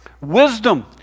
Wisdom